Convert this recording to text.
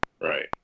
Right